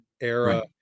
era